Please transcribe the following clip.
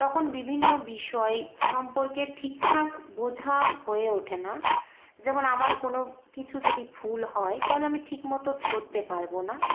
তখন বিভিন্ন বিষয় সম্পর্কে ঠিকঠাক বোঝা হয়ে ওঠে না যেমন আমার কোনও কিছু যদি ভুল হয় তাহলে আমি ঠিকমতো ধরতে পারবো না